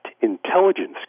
Intelligence